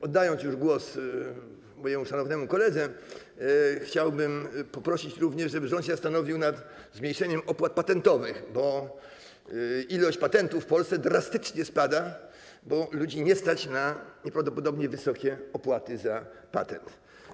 Oddając już głos mojemu szanownemu koledze, chciałbym poprosić również, żeby rząd zastanowił się nad zmniejszeniem opłat patentowych, bo liczba patentów w Polsce drastycznie spada, bo ludzi nie stać na nieprawdopodobnie wysokie opłaty za patent.